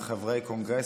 עם חברי קונגרס,